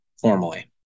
formally